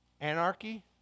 Anarchy